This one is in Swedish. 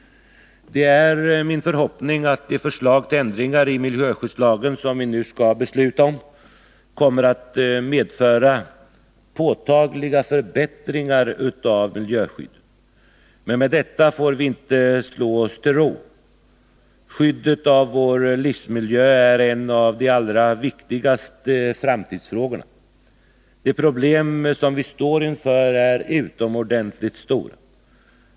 Det är min förhoppning att de förslag till ändringar i miljöskyddslagen som vi nu skall besluta om kommer att medföra påtagliga förbättringar av miljöskyddet. Men med detta får vi inte slå oss till ro. Skyddet av vår livsmiljö är en av de allra viktigaste framtidsfrågorna. De problem vi står inför är utomordentligt stora.